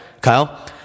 Kyle